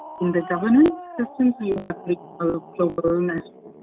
in the governance systems you have global, national,